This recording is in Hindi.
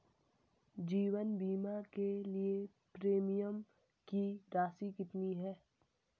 जीवन बीमा के लिए प्रीमियम की राशि कितनी है?